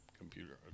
computer